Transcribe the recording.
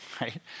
right